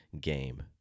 game